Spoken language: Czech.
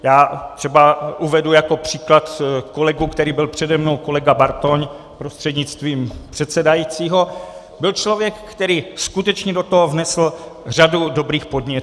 Já třeba uvedu jako příklad kolegu, který byl přede mnou, kolega Bartoň prostřednictvím předsedajícího, byl člověk, který skutečně do toho vnesl řadu dobrých podnětů.